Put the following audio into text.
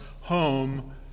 home